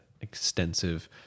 extensive